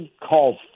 called